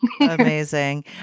Amazing